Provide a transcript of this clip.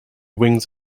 wings